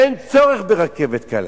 אין צורך ברכבת קלה.